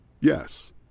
Yes